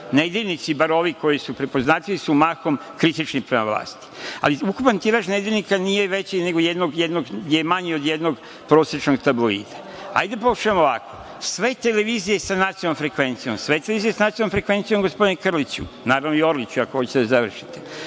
Nedeljnici, bar ovi koji su prepoznatljivi, su mahom kritični prema vlasti. Ali, ukupan tiraž nedeljnika nije veći, nego je manji od jednog prosečnog tabloida. Hajde da pokušamo ovako, sve televizije sa nacionalnom frekvencijom, sve televizije sa nacionalnom frekvencijom, gospodine Krliću, naravno i Orliću, ako hoćete da završite,